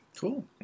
Cool